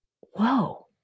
whoa